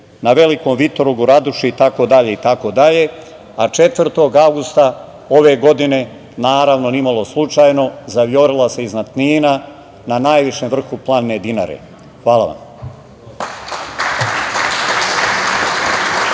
na Velikom Vitorogu, Raduši i tako dalje, a 4. avgusta ove godine, naravno, ni malo slučajno zavijorila se iznad Knina, na najvišem vrhu planine Dinare. Hvala vam.